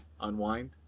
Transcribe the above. Unwind